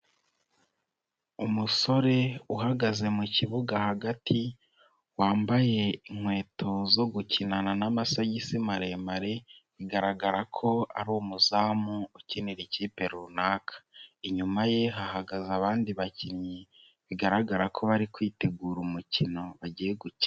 Umusore uhagaze mu kibuga hagati wambaye inkweto zo gukinana n'amasogisi maremare, bigaragara ko ari umuzamu ukinira ikipe runaka, inyuma ye hahagaze abandi bakinnyi bigaragara ko bari kwitegura umukino bagiye gukina.